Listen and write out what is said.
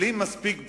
בלי מספיק בחינה.